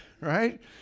right